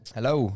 Hello